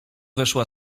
weszła